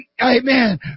amen